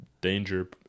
danger